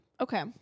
Okay